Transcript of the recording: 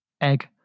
Egg